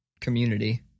community